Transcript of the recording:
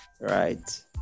Right